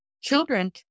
children